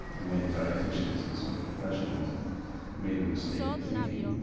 and many dieticians and some professionals made the mistake of thinking.